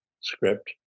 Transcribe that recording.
script